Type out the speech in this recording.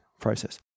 process